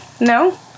no